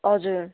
हजुर